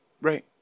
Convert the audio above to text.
right